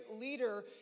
leader